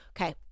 okay